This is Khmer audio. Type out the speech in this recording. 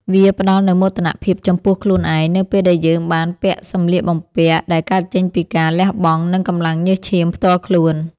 វាផ្ដល់នូវមោទនភាពចំពោះខ្លួនឯងនៅពេលដែលយើងបានពាក់សម្លៀកបំពាក់ដែលកើតចេញពីការលះបង់ និងកម្លាំងញើសឈាមផ្ទាល់ខ្លួន។